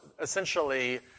essentially